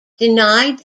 denied